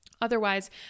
Otherwise